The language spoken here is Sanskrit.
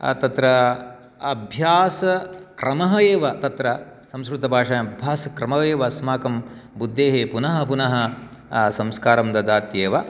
तत्र अभ्यासक्रमः एव तत्र संस्कृतभाषायां भासक्रमः एव अस्माकं बुद्धेः पुनः पुनः संस्कारं ददात्येव